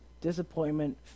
disappointment